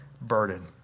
burden